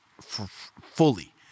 fully